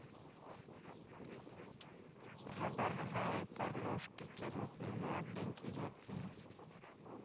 rubber hyperelastic के रूप में मॉडलिंग की जाती है